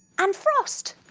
and frost!